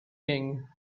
king